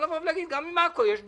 גם עם עכו יש בעיה.